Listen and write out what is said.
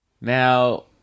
Now